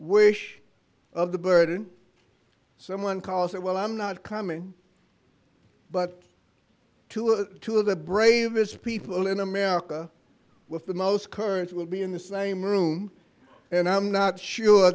wish of the burden someone calls it well i'm not coming but to two of the bravest people in america with the most current will be in the same room and i'm not sure